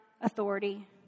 authority